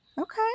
okay